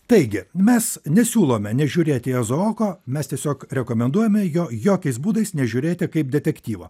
taigi mes nesiūlome nežiūrėti izaoko mes tiesiog rekomenduojame jo jokiais būdais nežiūrėti kaip detektyvo